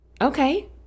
Okay